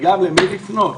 לגמרי, בלי לפנות.